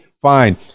Fine